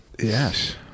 Yes